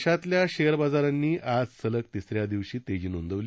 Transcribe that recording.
देशातल्या शेअर बाजारांनी आज सलग तिसऱ्या दिवशी तेजी नोंदविली